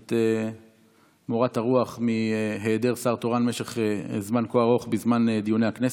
את מורת הרוח מהיעדר שר תורן במשך זמן כה ארוך בזמן דיוני הכנסת.